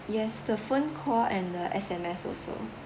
yes the phone call and the S_M_S also